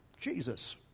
Jesus